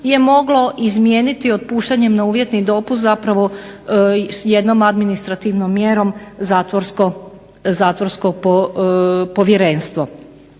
je moglo izmijeniti otpuštanjem na uvjetni dopust zapravo jednom administrativnom mjerom zatvorsko povjerenstvo.